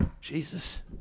Jesus